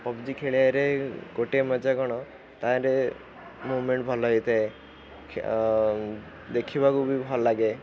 PUBG ଖେଳିବାରେ ଗୋଟିଏ ମଜା କ'ଣ ତହିଁରେ ମୁଭମେଣ୍ଟ୍ ଭଲ ହେଇଥାଏ ଦେଖିବାକୁ ବି ଭଲ ଲାଗେ